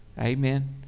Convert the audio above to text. amen